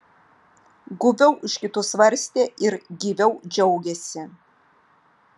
guviau už kitus svarstė ir gyviau džiaugėsi